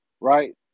right